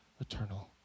eternal